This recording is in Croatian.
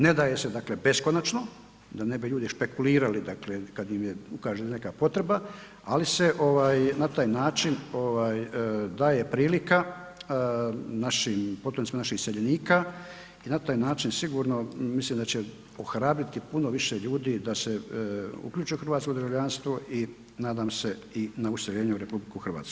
Ne daje se dakle beskonačno, da ne bi ljudi špekulirali dakle kad im je, ukaže neka potreba, ali se ovaj na taj način ovaj daje prilika našim, potomcima naših iseljenika i na taj način sigurno mislim da će ohrabriti puno više ljudi da se uključe u hrvatsko državljanstvo i nadam se i na useljenje u RH.